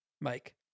mike